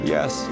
Yes